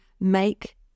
make